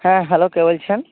হ্যাঁ হ্যালো কে বলছেন